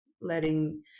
letting